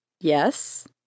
yes